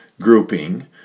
grouping